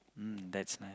mm that's nice